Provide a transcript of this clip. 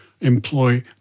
employ